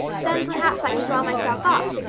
then perhaps i can draw myself up.